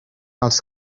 els